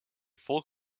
full